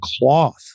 cloth